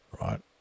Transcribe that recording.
right